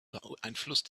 beeinflusst